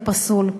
ופסול,